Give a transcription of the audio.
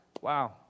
wow